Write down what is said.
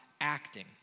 acting